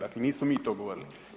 Dakle, nismo mi to govorili.